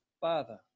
Father